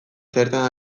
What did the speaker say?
zertan